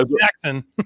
Jackson